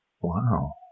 Wow